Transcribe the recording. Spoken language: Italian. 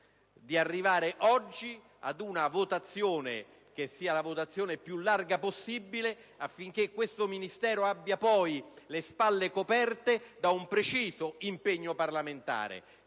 di arrivare oggi ad un consenso il più largo possibile affinché questo Ministero abbia poi le spalle coperte da un preciso impegno parlamentare,